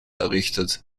errichtet